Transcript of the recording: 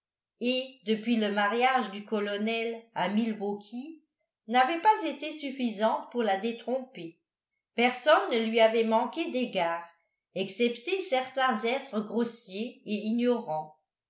buffalo et depuis le mariage du colonel à milwaukee n'avaient pas été suffisantes pour la détromper personne ne lui avait manqué d'égards excepté certains êtres grossiers et ignorants